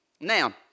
Now